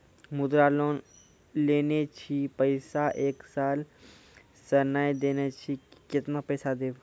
मुद्रा लोन लेने छी पैसा एक साल से ने देने छी केतना पैसा देब?